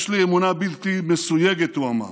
יש לי אמונה בלתי מסויגת, הוא אמר,